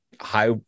high